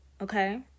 Okay